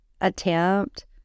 attempt